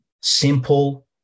simple